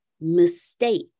mistake